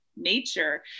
nature